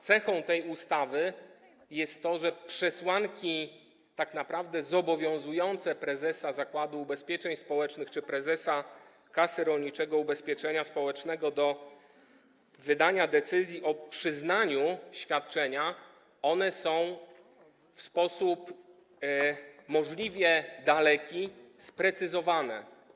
Cechą tej ustawy jest to, że przesłanki tak naprawdę zobowiązujące prezesa Zakładu Ubezpieczeń Społecznych czy prezesa Kasy Rolniczego Ubezpieczenia Społecznego do wydania decyzji o przyznaniu świadczenia są w sposób możliwie daleki sprecyzowane.